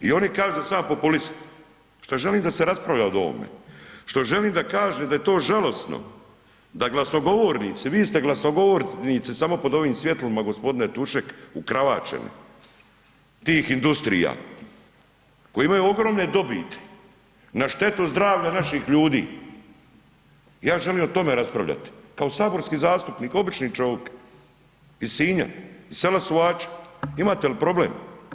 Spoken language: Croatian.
I oni kažu da sam ja populist, šta želim da se raspravlja o ovome, šta želim da kažem da je to žalosno da glasnogovornici, vi ste glasnogovornici samo pod ovim svjetlima gospodine Tušek ukravačeni, tih industrija koje imaju ogromne dobiti na štetu zdravlja naših ljudi, ja želim o tome raspravljati, kao saborski zastupnik, obični čovik iz Sinja iz sela Suhača imate li problem.